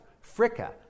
Fricka